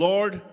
Lord